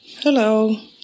Hello